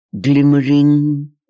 glimmering